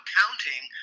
counting